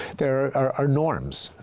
there are norms,